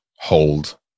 hold